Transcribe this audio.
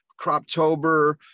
Croptober